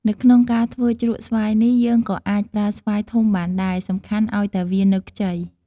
នៅក្នុងការធ្វើជ្រក់ស្វាយនេះ យើងក៏អាចប្រើស្វាយធំបានដែរ សំខាន់ឱ្យតែវានៅខ្ចី។